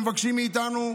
מבקשים מאיתנו,